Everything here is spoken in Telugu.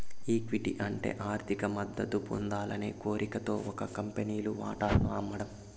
ఈక్విటీ అంటే ఆర్థిక మద్దతు పొందాలనే కోరికతో ఒక కంపెనీలు వాటాను అమ్మడం